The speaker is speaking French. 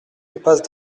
impasse